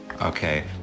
Okay